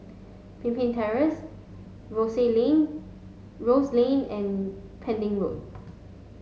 Pemimpin Terrace Rosey Lane Rose Lane and Pending Road